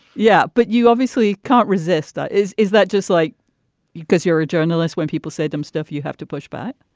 yeah. but you obviously can't resist. is is that just like because you're a journalist? when people say them stuff, you have to push back.